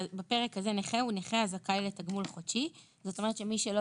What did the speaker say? "נכה" נכה הזכאי לתגמול חודשי; זאת אומרת שמי שלא